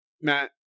Matt